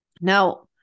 now